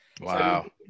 Wow